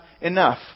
enough